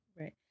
Right